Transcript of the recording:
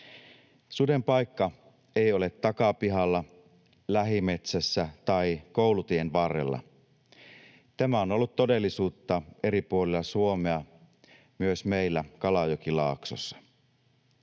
Suden paikka ei ole takapihalla, lähimetsässä tai koulutien varrella. Tämä on ollut todellisuutta eri puolilla Suomea, myös meillä Kalajokilaaksossa.